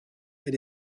elle